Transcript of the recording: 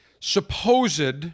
supposed